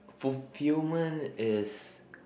fulfilment is